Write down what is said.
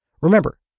Remember